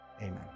amen